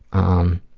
um.